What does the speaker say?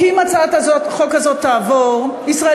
כי אם הצעת החוק הזאת תעבור ישראל